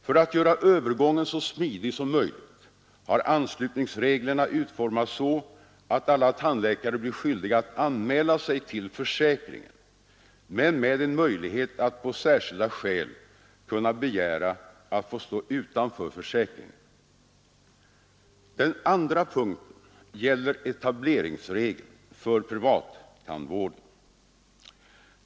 För att göra övergången så smidig som möjligt har anslutningsreglerna utformats så att alla tandläkare blir skyldiga att anmäla sig till försäkringen men med en möjlighet att på särskilda skäl kunna begära att få stå utanför försäkringen. Den andra punkten gäller etableringsregeln för privattandvården.